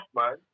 man